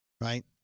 right